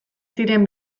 ziren